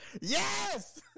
Yes